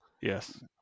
Yes